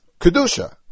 Kedusha